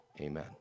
Amen